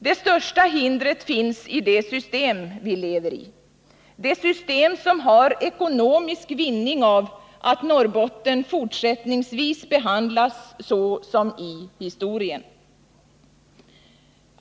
Det största hindret finns i det system vi lever i, det system som har ekonomisk vinning av att Norrbotten fortsättningsvis behandlas så som det behandlats i historien.